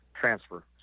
transfer